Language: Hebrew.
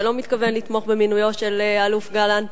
שלא מתכוון לתמוך במינויו של האלוף גלנט,